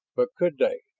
but could they,